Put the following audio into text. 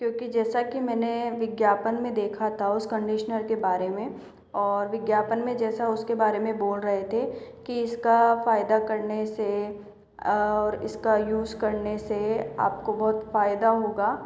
क्योंकि जैसा कि मैंने विज्ञापन में देखा था उस कंडीशनर के बारे में और विज्ञापन में जैसा उसके बारे में बोल रहे थे कि इसका फायदा करने से और इसका यूज़ करने से आपको बहुत फायदा होगा